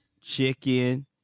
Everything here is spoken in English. chicken